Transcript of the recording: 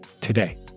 today